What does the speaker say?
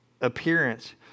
appearance